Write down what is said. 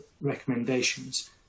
recommendations